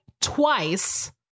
twice